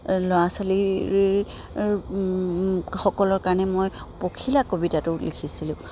ল'ৰা ছোৱালী সকলৰ কাৰণে মই পখিলা কবিতাটোও লিখিছিলোঁ